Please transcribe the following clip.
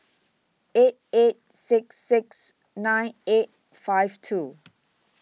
eight eight six six nine eight five two